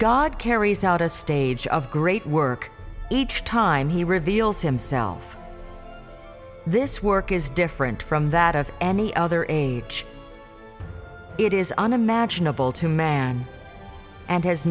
god carries out a stage of great work each time he reveals himself this work is different from that of any other age it is unimaginable to man and has